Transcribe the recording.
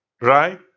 Right